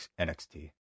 NXT